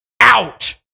out